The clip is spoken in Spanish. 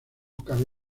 cabe